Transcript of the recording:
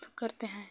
करते हैं